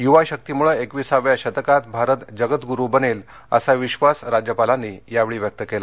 यूवाशक्तीमुळे एकविसाव्या शतकात भारत जगतगुरु बनेल असा विश्वास राज्यपालांनी यावेळी व्यक्त केला